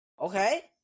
Okay